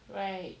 right